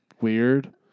weird